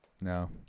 No